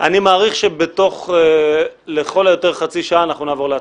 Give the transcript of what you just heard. אני מעריך שבתוך לכל היותר חצי שעה אנחנו נעבור להצבעה.